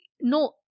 no